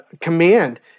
command